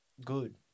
good